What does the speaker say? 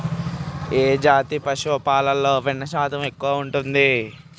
ఏ జాతి పశువుల పాలలో వెన్నె శాతం ఎక్కువ ఉంటది?